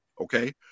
Okay